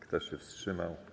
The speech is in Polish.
Kto się wstrzymał?